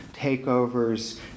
takeovers